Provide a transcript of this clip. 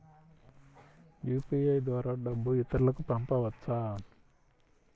UPI ద్వారా డబ్బు ఇతరులకు పంపవచ్చ?